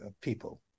people